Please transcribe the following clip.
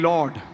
Lord